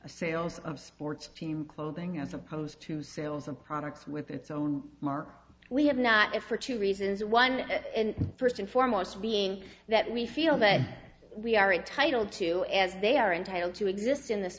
sales of sports team clothing as opposed to sales of products with its own mark we have not if for two reasons one first and foremost being that we feel that we are entitled to as they are entitled to exist in this